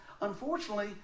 unfortunately